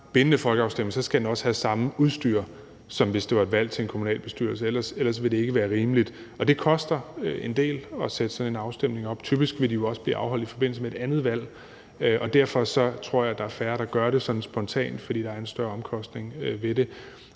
bindende folkeafstemning, skal den også have samme udstyr, som hvis det var et valg til en kommunalbestyrelse. Ellers vil det ikke være rimeligt. Og det koster en del at sætte sådan en afstemning op. Typisk vil det jo også blive afholdt i forbindelse med et andet valg, og derfor tror jeg, at der er færre, der gør det spontant, altså fordi der er en større omkostning ved det.